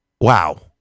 Wow